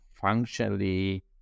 functionally